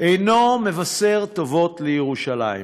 אינו מבשר טובות לירושלים.